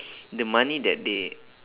the money that they